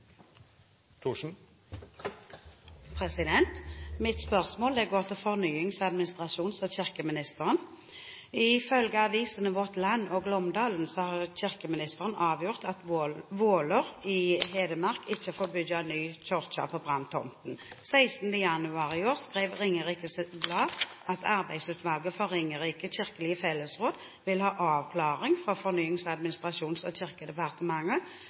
Mitt spørsmål går til fornyings-, administrasjons- og kirkeministeren: «Ifølge avisene Vårt Land og Glåmdalen har kirkeministeren avgjort at Våler i Hedmark ikke får bygge ny kirke på branntomten. 16. januar i år skrev Ringerikes Blad at arbeidsutvalget for Ringerike kirkelige fellesråd vil ha avklaring fra Fornyings-, administrasjons- og kirkedepartementet